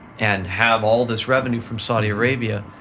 and have all this revenue from saudi arabia,